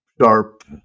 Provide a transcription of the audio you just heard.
sharp